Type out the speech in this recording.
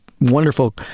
wonderful